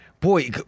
boy